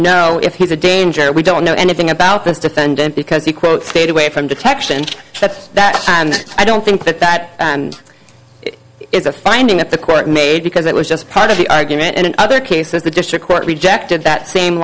know if he's a danger we don't know anything about this defendant because he quote stayed away from detection and that's that and i don't think that that and it's a finding that the court made because it was just part of the argument and in other cases the district court rejected that same